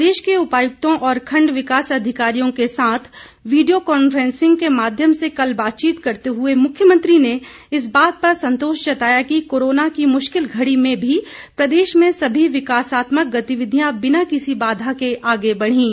प्रदेश के उपायुक्तों और खंड विकास अधिकारियों के साथ वीडियो कॉन्फ्रेंसिंग के माध्यम से कल बातचीत करते हुए मुख्यमंत्री ने इस बात पर संतोष जताया कि कोरोना की मुश्किल घड़ी में भी प्रदेश में सभी विकासात्मक गतिविधियां बिना किसी बाधा के आगे बढ़ीं